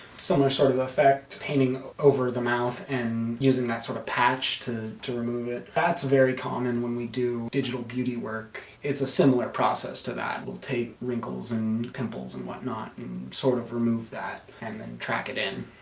similar sort of effect, painting over the mouth and using that sort of patch to to remove it that's very common when we do digital beauty work it's a similar process to that, we'll take wrinkles and pimples and whatnot, and sort of remove that and then track it in